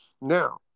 Now